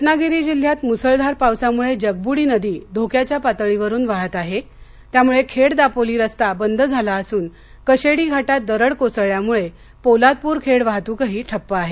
रत्नागिरी जिल्ह्यात मुसळधार पावसामुळे जगबुडी नदी धोक्याच्या पातळीवरून वाहत आहे खेड दापोली रस्ता बंद झाला असून कशेडी घाटात दरड कोसळल्यानं पोलादपूर खेड वाहतूकही ठप्प आहे